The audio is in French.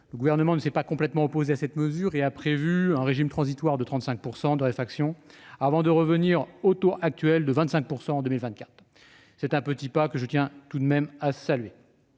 Le Gouvernement ne s'est pas complètement opposé à cette mesure : il a prévu un régime transitoire en instaurant un taux de réfaction de 35 %, qui reviendra au taux actuel de 25 % en 2024. C'est un petit pas que je tiens tout de même à saluer.